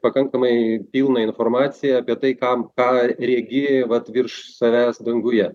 pakankamai pilną informaciją apie tai kam ką regi vat virš savęs danguje